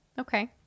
Okay